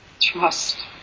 trust